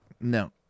No